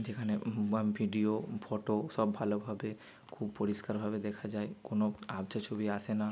যেখানে video photo সব ভালোভাবে খুব পরিষ্কারভাবে দেখা যায় কোনো আবছা ছবি আসে না